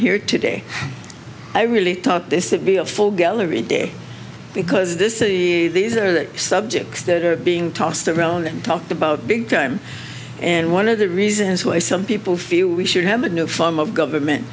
here today i really thought this would be a full gallery day because this is these are the subjects that are being tossed around and talked about big time and one of the reasons why some people feel we should have a new form of government